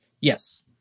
Yes